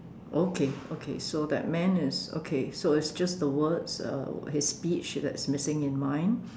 okay okay so that man is okay so it's just the words uh his speech that's missing in mine